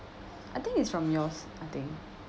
I think it's from yours I think